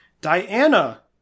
Diana